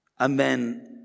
Amen